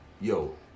Yo